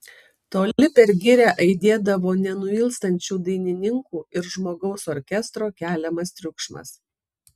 toli per girią aidėdavo nenuilstančių dainininkų ir žmogaus orkestro keliamas triukšmas